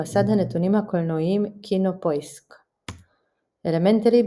במסד הנתונים הקולנועיים KinoPoisk אלמנטלי,